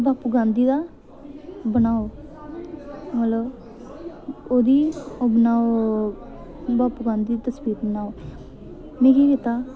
बापू गांधी दा बनाओ मतलब ओह्दी ओह् बनाओ बापू गांधी दी तस्वीर बनाओ में केह् कीता